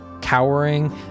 cowering